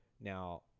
Now